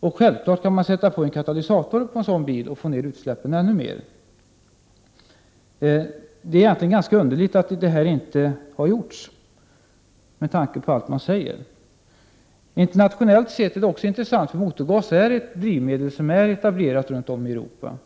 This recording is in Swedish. Man skulle självfallet också kunna sätta in katalytisk rening på en sådan bil och få ner utsläppen ytterligare. Det är ganska underligt att man inte redan har gjort detta, med tanke på allt som sägs. Detta är även intressant internationellt sett. Motorgas är nämligen ett drivmedel som är etablerat runt om i Europa.